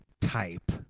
type